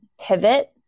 pivot